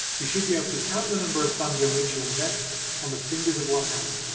you should be able to count the number of funds in which you invest on the fingers of one hand.